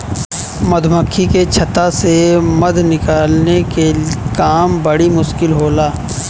मधुमक्खी के छता से मध निकाले के काम बड़ी मुश्किल होला